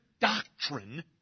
doctrine